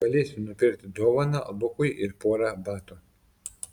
galėsiu nupirkti dovaną lukui ir porą batų